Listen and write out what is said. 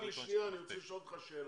אני רוצה לשאול אותך שאלה.